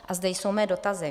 A zde jsou mé dotazy.